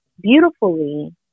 beautifully